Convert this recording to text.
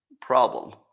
problem